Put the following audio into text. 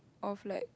of like